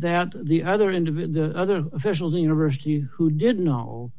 that the other end of in the other officials the university who didn't know